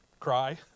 cry